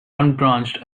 unbranched